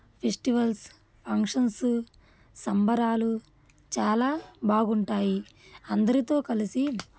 festivals functions సంబరాలు చాలా బాగుంటాయి అందరితో కలిసి